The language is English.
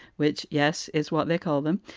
which, yes, is what they call them,